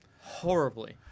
horribly